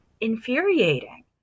infuriating